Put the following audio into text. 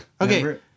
Okay